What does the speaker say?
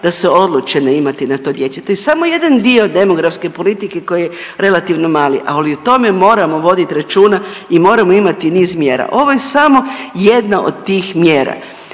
se ne razumije./... to je samo jedan dio demografske politike koji je relativno mali, ali o tome moramo voditi računa i moramo imati niz mjera. Ovo je samo jedna od tih mjera.